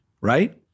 Right